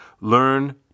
Learn